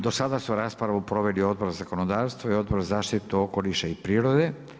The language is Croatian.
Do sada su raspravi proveli Odbor za zakonodavstvo i Odbor za zaštitu okoliša i prirode.